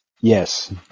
Yes